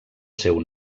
seu